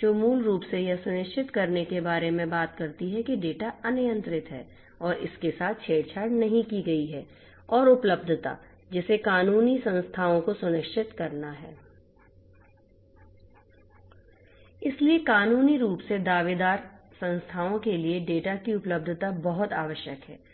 जो मूल रूप से यह सुनिश्चित करने के बारे में बात करती है कि डेटा अनियंत्रित है और इसके साथ छेड़छाड़ नहीं की गई है और उपलब्धता जिसे कानूनी संस्थाओं को सुनिश्चित करना है इसलिए कानूनी रूप से दावेदार संस्थाओं के लिए डेटा की उपलब्धता बहुत आवश्यक है